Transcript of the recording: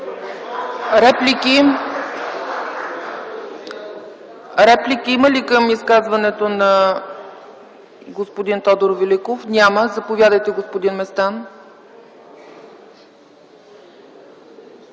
ли реплики към изказването на господин Тодор Великов? Няма. Заповядайте, господин Местан.